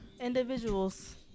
individuals